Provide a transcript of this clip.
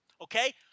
okay